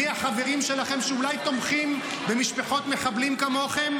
מי החברים שלכם שאולי תומכים במשפחות מחבלים כמוכם?